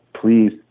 Please